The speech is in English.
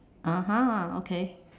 (uh huh) okay